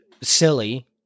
silly